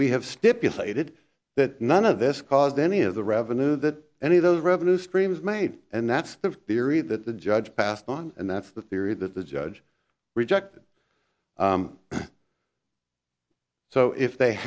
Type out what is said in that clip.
we have stipulated that none of this caused any of the revenue that any of those revenue streams made and that's the theory that the judge passed on and that's the theory that the judge rejected so if they